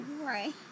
Right